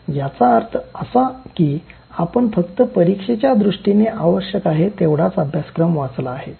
याचा अर्थ असा की आपण फक्त परीक्षेच्या दृष्टीने आवश्यक आहे तेवढाच अभ्यासक्रम वाचला आहे